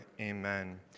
amen